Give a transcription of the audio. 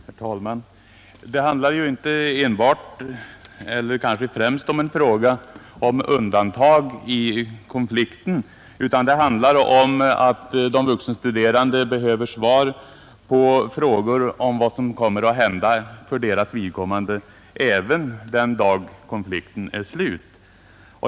Herr talman! Det handlar ju inte enbart eller ens främst om undantag i konflikten, utan det handlar även om att de vuxenstuderande behöver svar på frågor om vad som kommer att hända för deras vidkommande den dagen konflikten är slut.